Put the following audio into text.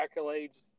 accolades